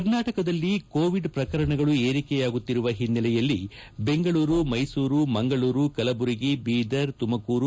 ಕರ್ನಾಟಕದಲ್ಲಿ ಕೋವಿಡ್ ಪ್ರಕರಣಗಳು ಏರಿಕೆಯಾಗುತ್ತಿರುವ ಹಿನ್ನೆಲೆಯಲ್ಲಿ ಬೆಂಗಳೂರು ಮೈಸೂರು ಮಂಗಳೂರು ಕಲಬುರ್ಗಿ ಬೀದರ್ ತುಮಕೂರು